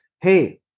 Hey